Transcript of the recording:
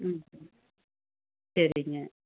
ம் சரிங்க